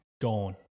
Gone